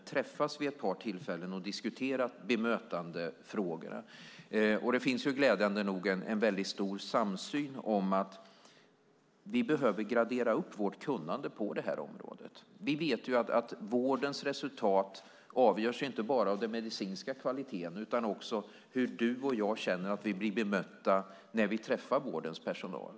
Vi har träffats vid ett par tillfällen och diskuterat bemötandefrågorna. Det finns glädjande nog en väldigt stor samsyn om att vi behöver gradera upp vårt kunnande på det här området. Vi vet att vårdens resultat inte bara avgörs av den medicinska kvaliteten utan också av hur du och jag känner att vi blir bemötta när vi träffar vårdens personal.